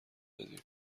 دادیم